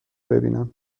ببینم